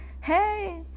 hey